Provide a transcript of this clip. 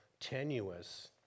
tenuous